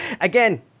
again